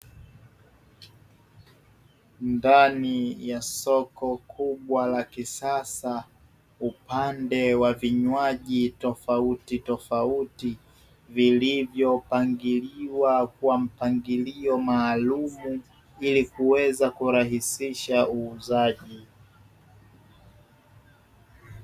Ndani ya soko kubwa la kisasa upande wa vinywaji tofautitofauti vilivyopangiliwa kwa mpangilio maalumu, ili kuweza kurahisisha uuzaji.